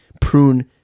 prune